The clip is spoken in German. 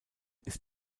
ist